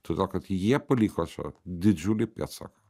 todėl kad jie paliko čia didžiulį pėdsaką